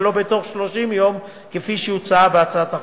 ולא בתוך 30 יום כפי שהוצע בהצעת החוק,